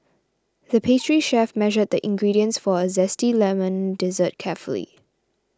the pastry chef measured the ingredients for a Zesty Lemon Dessert carefully